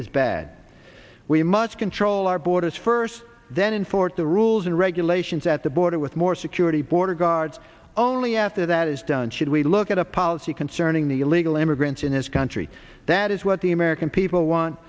is bad we must control our borders first then in forth the rules and regulations at the border with more security border guards only after that is done should we look at a policy concerning the illegal immigrants in this country that is what the american people want